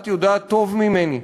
את יודעת טוב ממני,